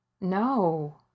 No